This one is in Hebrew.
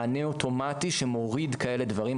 מענה אוטומטי שמוריד כאלה דברים,